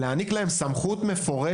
יש להעניק להם סמכות מפורשת,